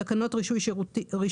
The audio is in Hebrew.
"תקנות רישוי מוסכים"